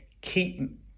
keep